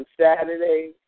Saturday